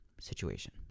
situation